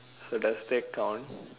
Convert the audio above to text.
so does that count